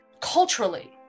culturally